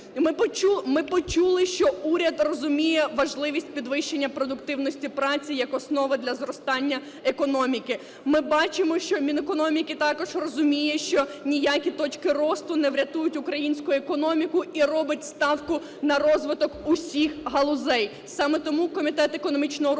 Ми почули, що уряд розуміє важливість підвищення продуктивності праці як основи для зростання економіки. Ми бачимо, що Мінекономіки також розуміє, що ніякі точки росту не врятують українську економіку, і робить ставку на розвиток усіх галузей. Саме тому Комітет економічного розвитку